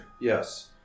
Yes